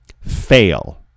fail